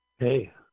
Hey